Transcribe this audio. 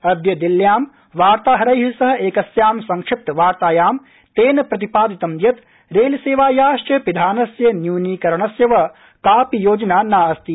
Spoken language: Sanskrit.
अद्य दिल्ल्यां वार्ताहैर सह एकस्यां संक्षिप्त वार्तायां तेन प्रतिपादितं यत् रेलसेवायाश्व पिधानस्य न्यूनीकरणस्य वा कापि योजना नास्ति